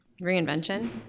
Reinvention